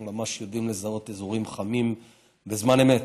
אנחנו ממש יודעים לזהות אזורים חמים בזמן אמת,